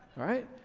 alright?